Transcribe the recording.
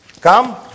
Come